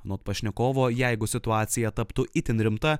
anot pašnekovo jeigu situacija taptų itin rimta